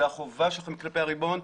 זו החובה שלכם כלפי הריבון,